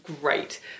great